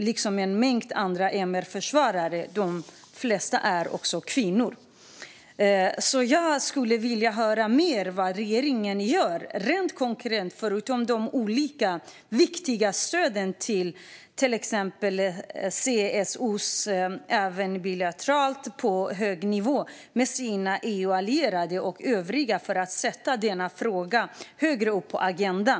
Det gjorde även en mängd andra MR-försvarare - de flesta kvinnor. Jag skulle vilja höra mer om vad regeringen gör rent konkret, förutom de olika viktiga stöden exempelvis till CSO:er, även bilateralt på hög nivå tillsammans med sina EU-allierade och övriga för att sätta denna fråga högre upp på agendan.